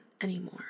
anymore